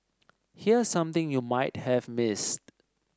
here's something you might have missed